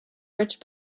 rich